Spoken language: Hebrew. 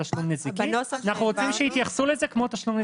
אנחנו רוצים שיתייחסו לזה כמו לתשלום נזיקי,